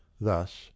Thus